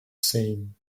same